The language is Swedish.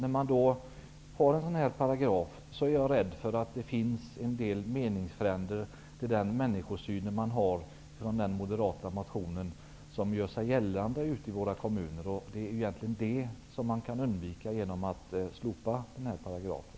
Finns det en sådan paragraf som 8 §, är jag rädd för att den moderata motionärens meningsfränder i kommunerna utnyttjar den. Detta kan man undvika genom att slopa 8 §.